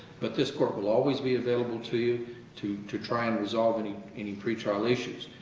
but this court will always be available to you to to try and resolve any any pretrial issues.